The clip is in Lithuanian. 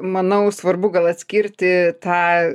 manau svarbu gal atskirti tą